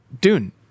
Dune